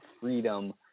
freedom